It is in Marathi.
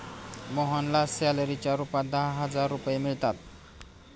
मोहनला सॅलरीच्या रूपात दहा हजार रुपये मिळतात